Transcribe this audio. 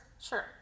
Sure